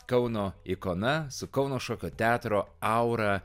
kauno ikona su kauno šokio teatro aura